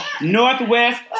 northwest